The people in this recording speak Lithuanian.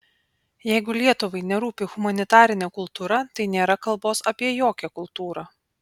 jeigu lietuvai nerūpi humanitarinė kultūra tai nėra kalbos apie jokią kultūrą